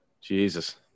Jesus